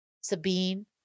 Sabine